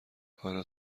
حالا